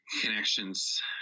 connections